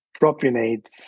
propionates